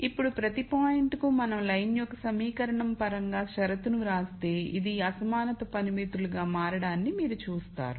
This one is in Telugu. ఇప్పుడు ప్రతి పాయింట్ కు మనం లైన్ యొక్క సమీకరణం పరంగా షరతును వ్రాస్తే ఇవి అసమానత పరిమితులుగా మారడాన్ని మీరు చూస్తారు